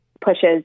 pushes